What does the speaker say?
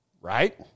right